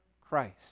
Christ